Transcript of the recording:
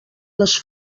les